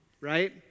right